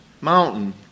Mountain